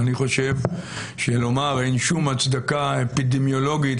אני חושב שלומר שאין שום הצדקה אפידמיולוגית